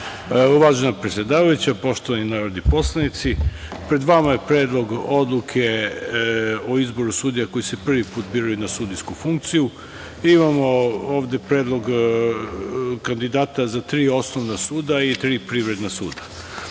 Uvažena predsedavajuća, poštovani narodni poslanici, pred vama je Predlog odluke o izboru sudija koji se prvi put biraju na sudijsku funkciju. Imamo predlog kandidata za tri osnovna suda i tri privredna sudija. Kao